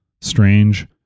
strange